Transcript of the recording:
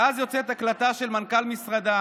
ואז יוצאת הקלטה של מנכ"ל משרדה